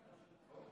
הכול.